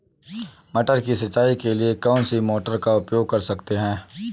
मटर की सिंचाई के लिए कौन सी मोटर का उपयोग कर सकते हैं?